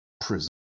Prison